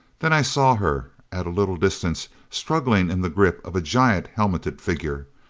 then i saw her at a little distance, struggling in the grip of a giant helmeted figure!